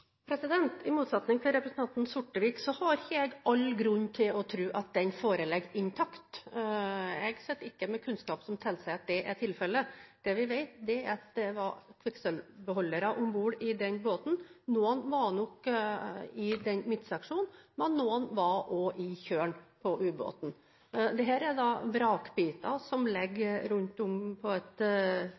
I motsetning til representanten Sortevik har ikke jeg all grunn til å tro at den foreligger intakt. Jeg sitter ikke med kunnskap som tilsier at det er tilfellet. Det vi vet, er at det var kvikksølvbeholdere om bord i båten. Noen av dem var nok i midtseksjonen, men noen var også i kjølen av ubåten. Dette er vrakbiter som ligger rundt om på et